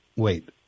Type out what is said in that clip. Wait